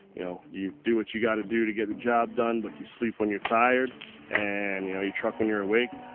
you know you do what you gotta do to get the job done but you sleep when you're tired and you know you truck when you're awake.